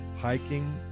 Hiking